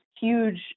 huge